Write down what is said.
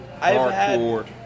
hardcore